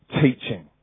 teaching